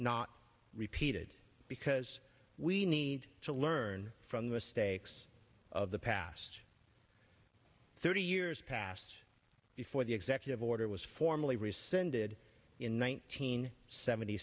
not repeated because we need to learn from the mistakes of the past thirty years past before the executive order was formally rescinded in one teen seventy